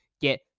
get